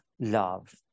love